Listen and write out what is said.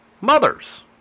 mothers